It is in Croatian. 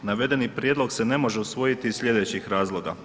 Navedeni prijedlog se ne može usvojiti iz slijedećih razloga.